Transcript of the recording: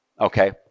Okay